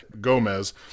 Gomez